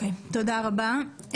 תודה רבה.